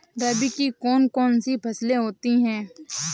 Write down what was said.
रबी की कौन कौन सी फसलें होती हैं?